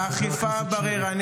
והמוסר הכפול והאכיפה בררנית,